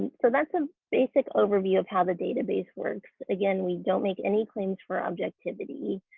so that's a basic overview of how the database works. again, we don't make any claims for objectivity.